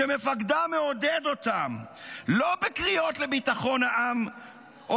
כשמפקדם מעודד אותם לא בקריאות לביטחון העם או